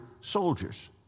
soldiers